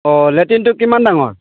অঁ লেটিনটো কিমান ডাঙৰ